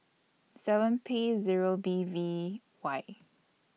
seven P Zero B V Y